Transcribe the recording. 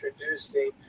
introducing